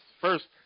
first